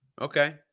Okay